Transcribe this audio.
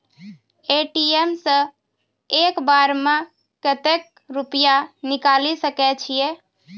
ATM सऽ एक बार म कत्तेक रुपिया निकालि सकै छियै?